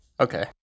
Okay